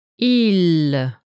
Il